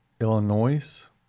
Illinois